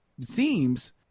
seems